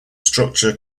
structural